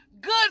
good